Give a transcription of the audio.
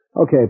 Okay